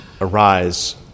Arise